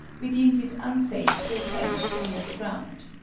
we deemed it unsafe to attempt to leave the ground.